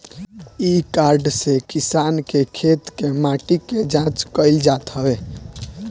इ कार्ड से किसान के खेत के माटी के जाँच कईल जात हवे